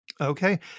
Okay